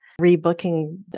rebooking